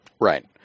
Right